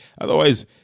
Otherwise